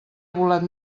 volat